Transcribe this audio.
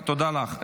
תודה לך.